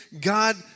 God